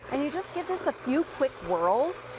and you just give this a few quick worlds,